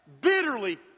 bitterly